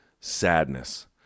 sadness